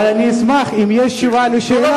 אבל אני אשמח, אם יש תשובה על השאלה, לא,